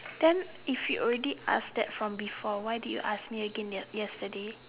then if you already ask that from before why did you ask me again ya yesterday